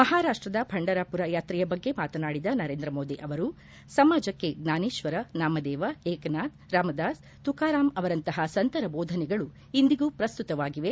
ಮಹಾರಾಷ್ಟದ ಫಂಡರಾಮರ ಯಾತ್ರೆಯ ಬಗ್ಗೆ ಮಾತನಾಡಿದ ನರೇಂದ್ರ ಮೋದಿ ಅವರು ಸಮಾಜಕ್ಕೆ ಜ್ಞಾನೇಶ್ವರ ನಾಮದೇವ ಏಕನಾಥ್ ರಾಮದಾಸ್ ತುಕಾರಾಮ್ ಅವರಂತಪ ಸಂತರ ಬೋಧನೆಗಳು ಇಂದಿಗೂ ಪ್ರಸ್ತುತವಾಗಿವೆ